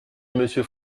monsieur